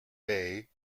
bay